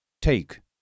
take